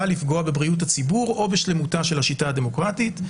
לפגוע בבריאות הציבור או בשלמותה של השיטה הדמוקרטית.